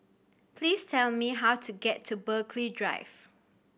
please tell me how to get to Burghley Drive